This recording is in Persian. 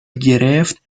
گرفت